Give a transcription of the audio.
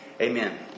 Amen